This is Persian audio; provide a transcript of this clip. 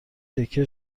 تکه